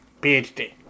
PhD